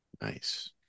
Nice